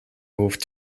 moved